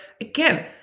again